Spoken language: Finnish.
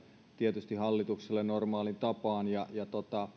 tietysti hallitukselle normaaliin tapaan